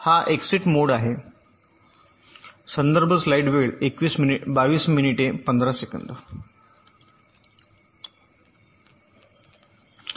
हा एक्टेस्ट मोड आहे